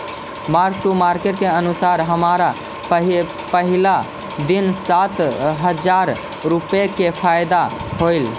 mark to market के अनुसार हमरा पहिला दिन सात हजार रुपईया के फयदा होयलई